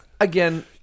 again